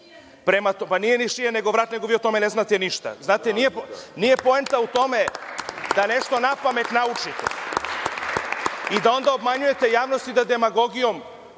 nije ni šija ni vrat, nego vi o tome ne znate ništa. Znate, nije poenta u tome da nešto napamet naučite i da onda obmanjujete javnost i da demagogijom